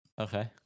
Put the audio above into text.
Okay